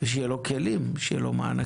שיהיו לו כלים ומענקים.